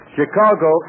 Chicago